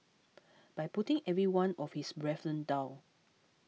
by putting every one of his brethren down